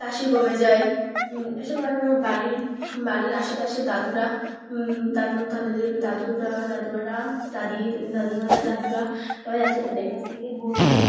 কাশি কমে যায় এসব আরও আমার বাড়ির বাড়ির আশেপাশের দাদুরা দাদু দাদুদেরকে দাদুরা দাদুমারা দাদি দাদিমারা দাদুরা সবাই আছে তাদের কাছ থেকে